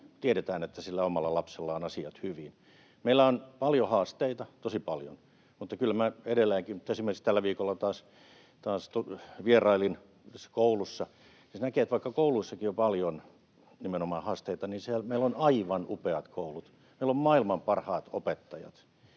tiedetään, että sillä omalla lapsella ovat asiat hyvin. Meillä on paljon haasteita, tosi paljon, mutta kyllä edelleenkin, kun nyt esimerkiksi tällä viikolla taas vierailin yhdessä koulussa, sen näki, että vaikka kouluissakin on paljon haasteita, niin meillä on aivan upeat koulut. Meillä on maailman parhaat opettajat.